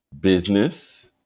business